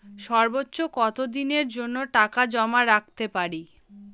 সর্বোচ্চ কত দিনের জন্য টাকা জমা রাখতে পারি?